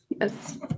Yes